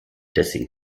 dessen